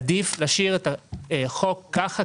עדיף להשאיר את החוק כך,